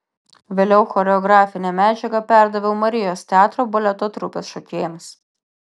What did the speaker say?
vėliau choreografinę medžiagą perdaviau marijos teatro baleto trupės šokėjams